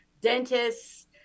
dentists